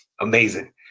Amazing